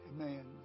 Amen